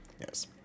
Yes